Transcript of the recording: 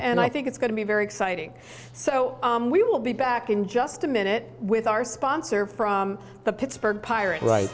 and i think it's going to be very exciting so we will be back in just a minute with our sponsor from the pittsburgh pirates